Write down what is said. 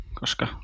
koska